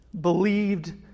believed